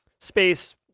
space